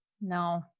No